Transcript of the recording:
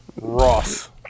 Ross